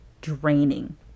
draining